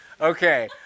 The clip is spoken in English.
Okay